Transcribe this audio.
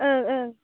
औ औ